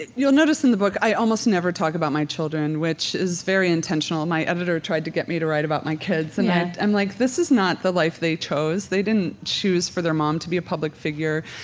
you'll notice in the book i almost never talk about my children, which is very intentional. my editor tried to get me to write about my kids, and i'm like, this is not the life they chose. they didn't choose for their mom to be a public figure.